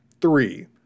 three